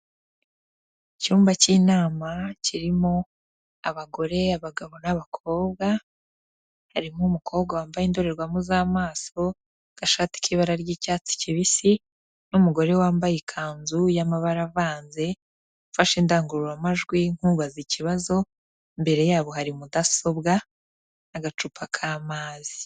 Icyumba cy'inama kirimo abagore, abagabo n'abakobwa, harimo umukobwa wambaye indorerwamo z'amaso, agashati k'ibara ry'icyatsi kibisi n'umugore wambaye ikanzu y'amabara avanze, ufashe indangururamajwi nk'ubaza ikibazo, imbere yabo hari mudasobwa n'agacupa k'amazi.